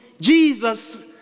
Jesus